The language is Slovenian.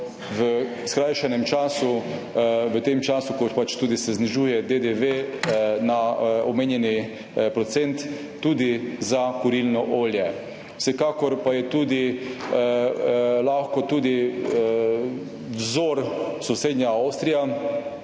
v skrajšanem času, v tem času, ko se tudi znižuje DDV na omenjeni procent, tudi za kurilno olje. Vsekakor pa je lahko vzor tudi sosednja Avstrija,